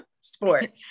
sport